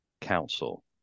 council